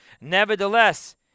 nevertheless